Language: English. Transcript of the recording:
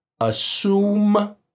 Assume